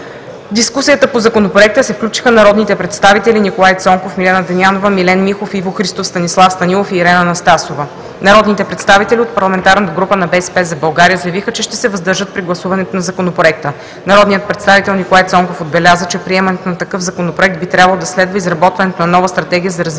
дискусията по Законопроекта се включиха народните представители Николай Цонков, Милена Дамянова, Милен Михов, Иво Христов, Станислав Станилов и Ирена Анастасова. Народните представители от парламентарната група на „БСП за България“ заявиха, че ще се въздържат при гласуването на Законопроекта. Народният представител Николай Цонков отбеляза, че приемането на такъв законопроект би трябвало да следва изработването на нова Стратегия за развитие